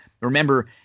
Remember